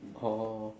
oh